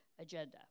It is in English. agenda